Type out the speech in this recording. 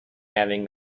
having